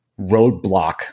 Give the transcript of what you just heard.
roadblock